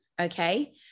okay